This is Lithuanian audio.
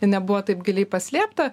nebuvo taip giliai paslėpta